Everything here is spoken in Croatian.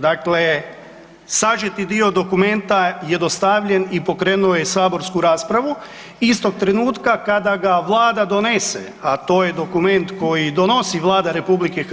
Dakle, sažeti dio dokumenta je dostavljen i pokrenuo je saborsku raspravu, istog trenutka kada ga Vlada donese, a to je dokument koji donosi Vlada RH